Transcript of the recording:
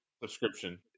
subscription